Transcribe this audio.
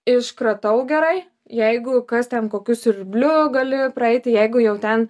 iškratau gerai jeigu kas ten kokiu siurbliu gali praeiti jeigu jau ten